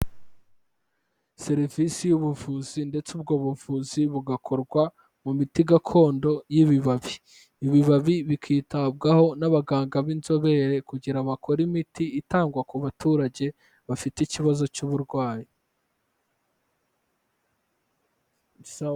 Serivisi y'ubuvuzi ndetse ubwo buvuzi bugakorwa mu miti gakondo y'ibibabi, ibibabi bikitabwaho n'abaganga b'inzobere kugira bakore imiti itangwa ku baturage bafite ikibazo cy'uburwayi.